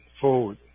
forward